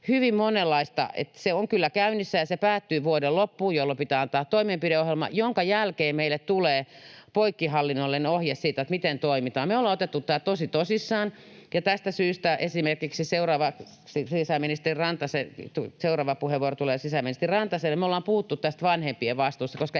Se on kyllä käynnissä, ja se päättyy vuoden loppuun, jolloin pitää antaa toimenpideohjelma, jonka jälkeen meille tulee poikkihallinnollinen ohje siitä, miten toimitaan. Me ollaan otettu tämä tosi tosissaan, ja tästä syystä — seuraava puheenvuoro tulee sisäministeri Rantaselle — me ollaan puhuttu tästä vanhempien vastuusta, koska